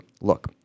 look